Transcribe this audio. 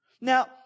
Now